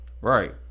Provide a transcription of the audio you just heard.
right